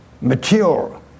mature